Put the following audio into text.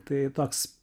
tai toks